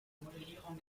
modellierung